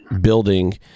building